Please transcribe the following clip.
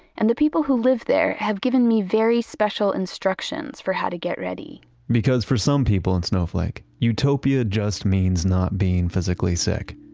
and the people who live there, have given me very special instructions for how to get ready because for some people in snowflake, utopia just means not being physically sick.